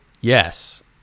Yes